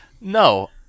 No